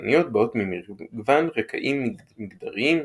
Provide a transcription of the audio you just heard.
והשחקניות באות ממגוון רקעים מגדריים,